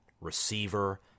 receiver